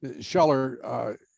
Scheller